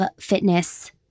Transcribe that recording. fitness